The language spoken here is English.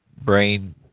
brain